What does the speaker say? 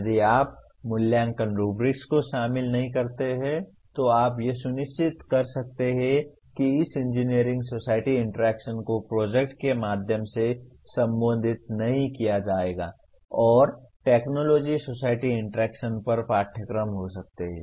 यदि आप मूल्यांकन रूब्रिक्स को शामिल नहीं करते हैं तो आप यह सुनिश्चित कर सकते हैं कि इस इंजीनियर सोसायटी इंटरैक्शन को प्रोजेक्ट के माध्यम से संबोधित नहीं किया जाएगा और टेक्नॉलजी सोसायटी इंटरैक्शन पर पाठ्यक्रम हो सकते हैं